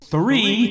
three